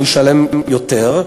הוא ישלם יותר,